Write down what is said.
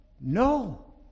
no